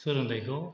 सोलोंथाइखौ